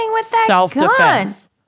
self-defense